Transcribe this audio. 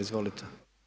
Izvolite.